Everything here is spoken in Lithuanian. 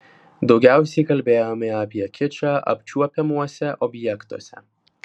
daugiausiai kalbėjome apie kičą apčiuopiamuose objektuose